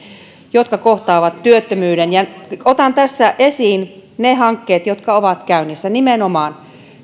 jotka kohtaavat työttömyyden otan tässä esiin ne hankkeet jotka ovat käynnissä nimenomaan